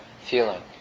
feeling